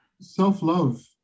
self-love